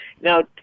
Now